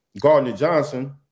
Gardner-Johnson